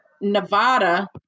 Nevada